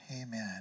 amen